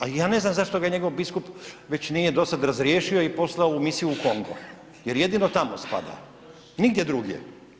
A i ja ne znam zašto ga njegov biskup već nije do sada razriješio i poslao u misiju u Kongo jer jedino tamo spada, nigdje drugdje.